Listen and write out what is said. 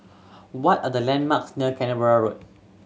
what are the landmarks near Canberra Road